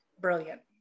brilliant